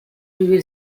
vivir